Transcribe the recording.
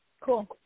Cool